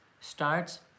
starts